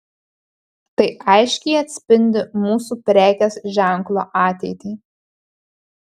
tai aiškiai atspindi mūsų prekės ženklo ateitį